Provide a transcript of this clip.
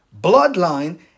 bloodline